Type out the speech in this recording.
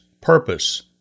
purpose